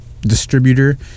distributor